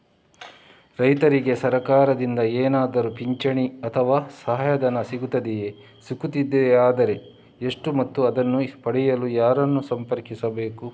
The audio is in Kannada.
ರೈತರಿಗೆ ಸರಕಾರದಿಂದ ಏನಾದರೂ ಪಿಂಚಣಿ ಅಥವಾ ಸಹಾಯಧನ ಸಿಗುತ್ತದೆಯೇ, ಸಿಗುತ್ತದೆಯಾದರೆ ಎಷ್ಟು ಮತ್ತು ಅದನ್ನು ಪಡೆಯಲು ಯಾರನ್ನು ಸಂಪರ್ಕಿಸಬೇಕು?